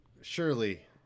surely